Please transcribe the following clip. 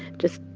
just